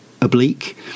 oblique